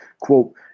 Quote